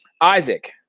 Isaac